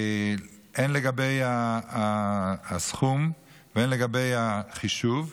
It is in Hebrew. הן לגבי הסכום והן לגבי החישוב,